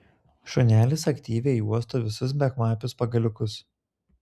šunelis aktyviai uosto visus bekvapius pagaliukus